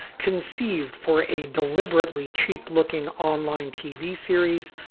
conceived for a deliberately cheap looking online tv series,